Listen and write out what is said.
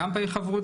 גם פעיל חברותא,